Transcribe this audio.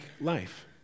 life